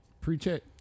Pre-check